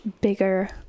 bigger